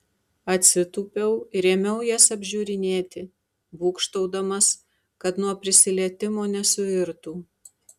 atsitūpiau ir ėmiau jas apžiūrinėti būgštaudamas kad nuo prisilietimo nesuirtų